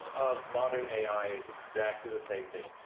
of modern ai is exactly the same thing.